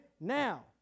Now